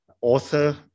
author